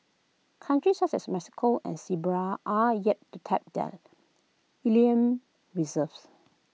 countries such as Mexico and Serbia are yet to tap their ilium reserves